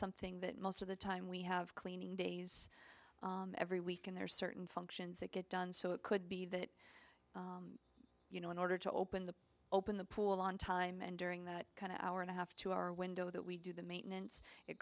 something that most of the time we have cleaning days every week and there are certain functions that get done so it could be that you know in order to open the open the pool on time and during that kind of hour and a half two hour window that we do the maintenance it